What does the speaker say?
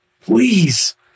please